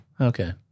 Okay